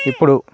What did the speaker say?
ఇప్పుడు